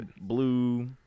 Blue